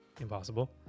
impossible